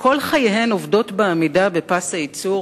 שכל חייהן עובדות בעמידה בפס הייצור